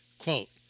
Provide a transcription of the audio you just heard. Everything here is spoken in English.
Quote